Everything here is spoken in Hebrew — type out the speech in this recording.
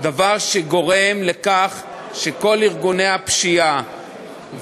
דבר שגורם לכך שכל ארגוני הפשיעה